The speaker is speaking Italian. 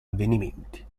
avvenimenti